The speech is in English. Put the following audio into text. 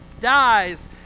dies